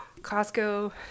Costco